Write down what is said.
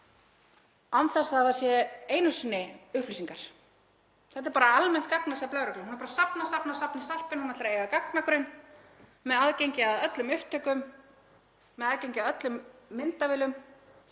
án þess að það séu einu sinni upplýsingar, þetta er bara almennt gagnasafn lögreglunnar. Hún er bara að safna og safna í sarpinn, hún ætlar að eiga gagnagrunn með aðgengi að öllum upptökum, með aðgengi að öllum myndavélum